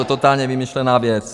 Totálně vymyšlená věc.